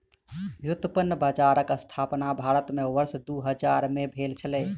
व्युत्पन्न बजारक स्थापना भारत में वर्ष दू हजार में भेल छलै